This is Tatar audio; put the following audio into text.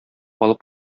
алып